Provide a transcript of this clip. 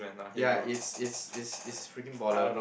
ya it's it's it's it's freaking baller